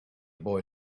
boy